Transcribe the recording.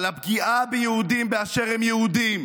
על הפגיעה ביהודים באשר הם יהודים,